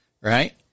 right